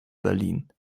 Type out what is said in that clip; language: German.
berlin